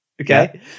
Okay